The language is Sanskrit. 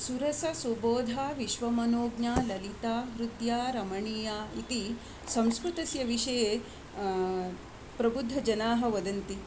सुरससुबोधा विश्वमनोज्ञा ललिता हृद्या रमणीया इति संस्कृतस्य विषये प्रबुद्धजनाः वदन्ति